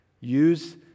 use